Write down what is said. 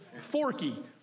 Forky